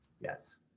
Yes